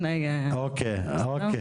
אוקי, אוקי.